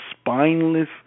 spineless